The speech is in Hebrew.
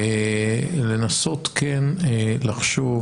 כן לנסות לחשוב,